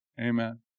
Amen